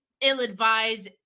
ill-advised